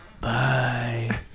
Bye